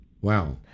Wow